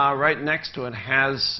um right next to it, has